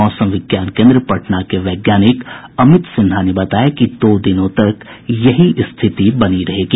मौसम विज्ञान केन्द्र पटना के वैज्ञानिक अमित सिन्हा ने बताया कि दो दिनों तक यही स्थिति बनी रहेगी